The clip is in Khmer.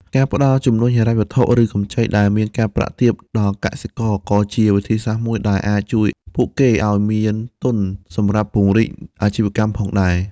ការផ្តល់ជំនួយហិរញ្ញវត្ថុឬកម្ចីដែលមានការប្រាក់ទាបដល់សិប្បករក៏ជាវិធីសាស្ត្រមួយដែលអាចជួយពួកគេឱ្យមានទុនសម្រាប់ពង្រីកអាជីវកម្មផងដែរ។